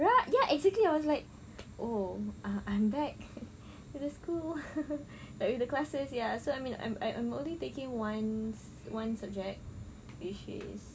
ya ya exactly I was like oh I I'm back to the school like in the classes ya so I mean I'm I'm only taking one one subject which is